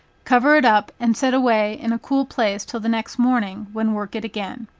cover it up, and set away in a cool place till the next morning, when work it again.